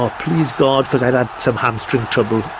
ah please god, because i'd had some hamstring trouble,